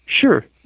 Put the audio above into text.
sure